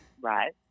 right